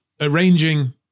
arranging